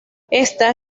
esta